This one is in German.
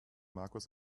markus